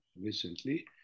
recently